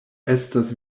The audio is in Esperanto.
estas